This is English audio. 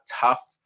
tough